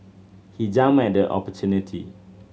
he jumped at the opportunity